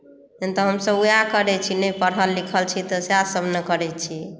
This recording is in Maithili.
तहन तऽ हमसभ वएह करै छी नहि पढ़ल लिखल छी तऽ सएह सभ ने करै छी